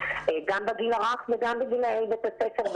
גם בגיל הרך וגם בגילאי בית הספר,